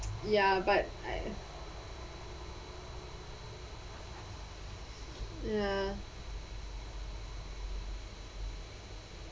ya but I ya